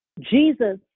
Jesus